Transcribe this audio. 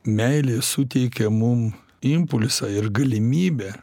meilė suteikia mum impulsą ir galimybę